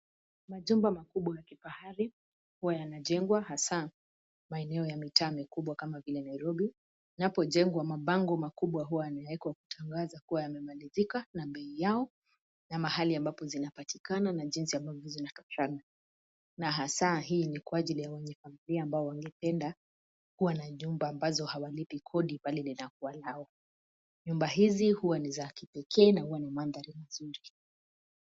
Majumba makubwa ya kifahari huwa yanajengwa hasaa maeneo ya mitaa mikubwa kama vile Nairobi. Inapojengwa mabango makubwa huwa yanawekwa kutangaza kuwa yamemalizika na bei yao na mahali ambapo zinapatikana na jinsi ambavyo zinatoshana na hasaa, hii ni kwa ajili ya wenye familia ambao wangependa kuwa na jumba ambazo hawalipi kodi bali linakua lao. Nyumba hizi huwa ni za kipekee na huwa ni mandhari mazuri.